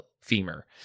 femur